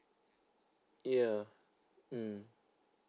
ya mm